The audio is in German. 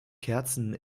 kerzen